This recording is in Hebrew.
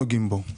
יש